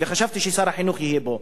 וחשבתי ששר החינוך יהיה פה,